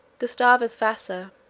gustavus vassa.